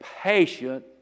patient